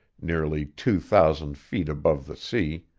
nearly two thousand feet above the sea,